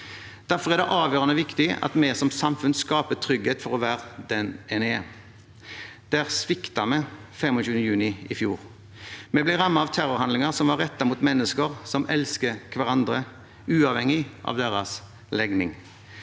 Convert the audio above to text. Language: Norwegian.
Derfor er det avgjørende viktig at vi som samfunn skaper trygghet for å være den en er. Der sviktet vi 25. juni i fjor. Vi ble rammet av terrorhandlinger som var rettet mot mennesker som elsker hverandre, uavhengig av deres legning.